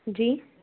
जी